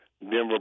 Denver